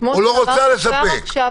או לא רוצה לספק.